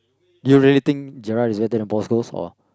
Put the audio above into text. you really think Gerald is better Post Coast or